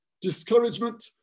Discouragement